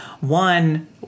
One